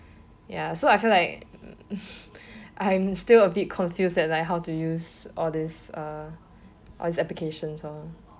ya so I feel like mm I am still a bit confused at like how to use all these uh all these applications lor